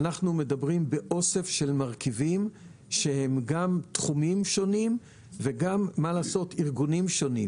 אנחנו מדברים באוסף של מרכיבים שהם תחומים שונים וגם ארגונים שונים.